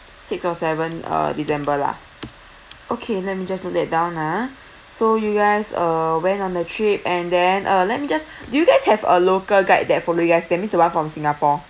six or seven uh december lah okay let me just note that down ah so you guys uh went on a trip and then uh let me just do you guys have a local guide that follow you guys that's mean the [one] from singapore